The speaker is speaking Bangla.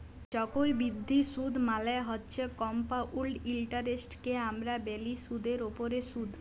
চক্করবিদ্ধি সুদ মালে হছে কমপাউল্ড ইলটারেস্টকে আমরা ব্যলি সুদের উপরে সুদ